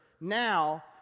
now